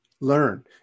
Learn